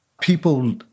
People